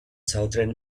southern